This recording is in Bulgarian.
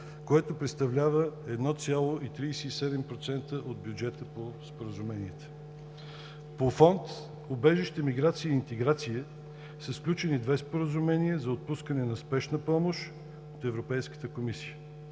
което представлява 1,37% от бюджета по споразуменията. По фонд „Убежище, миграция и интеграция“ са сключени две споразумения за отпускане на спешна помощ от Европейската комисия.